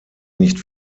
nicht